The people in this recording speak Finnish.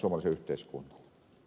herra puhemies